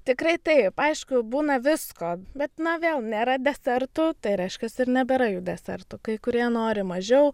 tikrai taip aišku būna visko bet na vėl nėra desertų tai reiškias ir nebėra jau desertų kai kurie nori mažiau